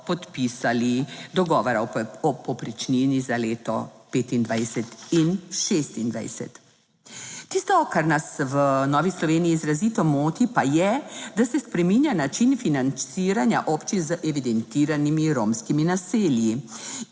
podpisali dogovora o povprečnini za leto 2025 in 2026. Tisto, kar nas v Novi Sloveniji izrazito moti pa je, da se spreminja način financiranja občin z evidentiranimi romskimi naselji.